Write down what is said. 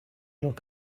look